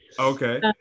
Okay